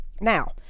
now